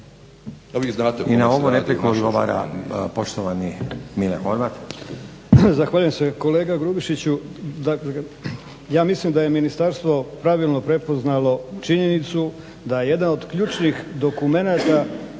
poštovani Mile Horvat. **Horvat, Mile (SDSS)** Zahvaljujem se. Kolega Grubišiću ja mislim da je ministarstvo pravilno prepoznalo činjenicu da je jedan od ključnih dokumenata